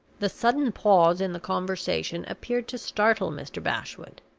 the sudden pause in the conversation appeared to startle mr. bashwood.